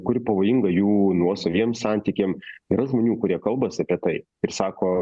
kuri pavojinga jų nuosaviem santykiam yra žmonių kurie kalbas apie tai ir sako